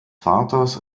vaters